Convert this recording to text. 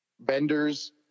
vendors